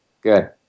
Good